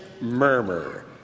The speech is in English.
murmur